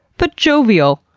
but jovial!